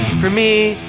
for me,